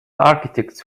architects